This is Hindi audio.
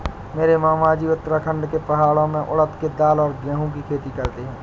मेरे मामाजी उत्तराखंड के पहाड़ों में उड़द के दाल और गेहूं की खेती करते हैं